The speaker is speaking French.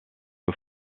feu